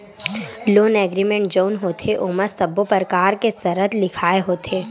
loan agreement जउन होथे ओमा सब्बो परकार के सरत लिखाय होथे